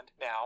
now